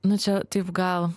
nu čia taip gal